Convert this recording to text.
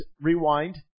rewind